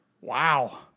Wow